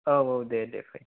औ औ दे दे फै